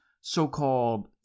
so-called